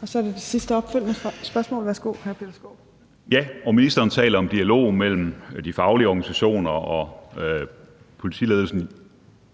Kl. 15:14 Tredje næstformand (Trine Torp): Og så er det det sidste opfølgende spørgsmål. Værsgo, hr. Peter Skaarup. Kl. 15:14 Peter Skaarup (DF): Ministeren taler om dialog mellem de faglige organisationer og politiledelsen.